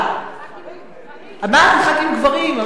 ח"כים גברים.